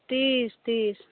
तीस तीस